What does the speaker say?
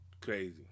Crazy